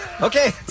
Okay